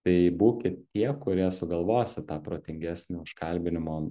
tai būkit tie kurie sugalvosit tą protingesnį užkalbinimo